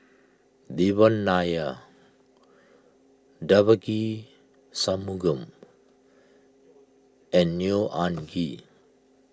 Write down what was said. Devan Nair Devagi Sanmugam and Neo Anngee